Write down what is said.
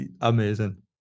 Amazing